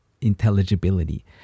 intelligibility